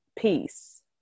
peace